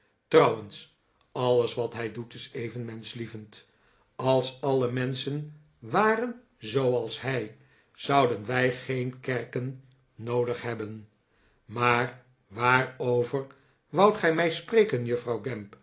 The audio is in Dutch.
trouwens alles wat hij doet is even menschlievend als alle menschen waren zooals hij zouden wij geen kerken noodig hebben maar waarover woudt gij mij spreken juffrouw